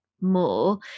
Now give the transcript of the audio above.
more